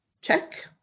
Check